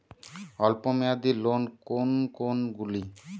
অল্প মেয়াদি লোন কোন কোনগুলি?